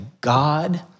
God